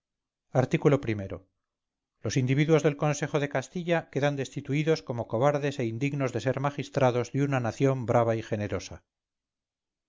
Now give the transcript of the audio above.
art o los individuos del consejo de castilla quedan destituidos como cobardes e indignos de ser magistrados de una nación brava y generosa